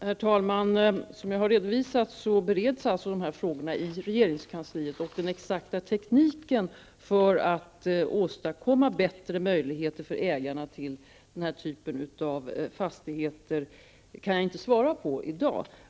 Herr talman! Som jag har redovisat bereds de här frågorna i regeringskansliet. Den exakta tekniken för att åstadkomma bättre möjligheter för ägarna till den här typen av fastigheter kan jag inte ge besked om i dag.